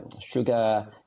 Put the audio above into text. sugar